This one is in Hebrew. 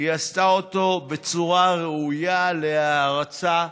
היא עשתה אותו בצורה ראויה להערצה,